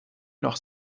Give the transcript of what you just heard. noch